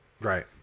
Right